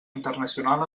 internacional